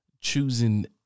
choosing